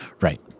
Right